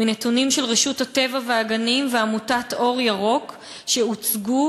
מנתונים של רשות הטבע והגנים ועמותת "אור ירוק" שהוצגו